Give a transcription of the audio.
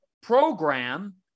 program